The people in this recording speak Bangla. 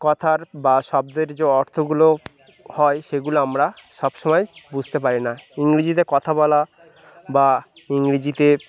কথার বা শব্দের যে অর্থগুলো হয় সেগুলো আমরা সব সময় বুঝতে পারি না ইংরেজিতে কথা বলা বা ইংরেজিতে